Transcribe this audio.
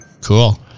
Cool